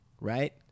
right